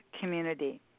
community